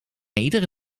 iedere